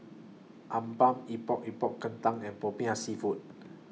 Appam Epok Epok Kentang and Popiah Seafood